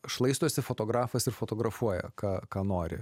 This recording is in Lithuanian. šlaistosi fotografas ir fotografuoja ką ką nori